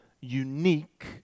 unique